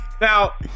now